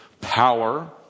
power